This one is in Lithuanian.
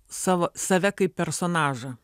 savo save kaip personažą